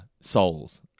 Souls